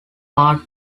part